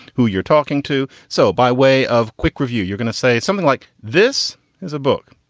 who you're talking to. so by way of quick review, you're going to say something like, this is a book,